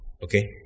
Okay